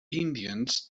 indians